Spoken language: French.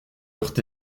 eurent